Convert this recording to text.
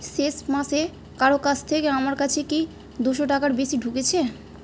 শেষ মাসে কারো কাছ থেকে আমার কাছে কি দুশো টাকার বেশি ঢুকেছে